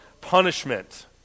punishment